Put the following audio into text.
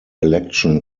election